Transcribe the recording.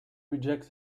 rejects